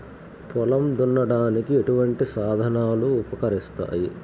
పొలం దున్నడానికి ఎటువంటి సాధనాలు ఉపకరిస్తాయి?